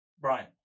Brian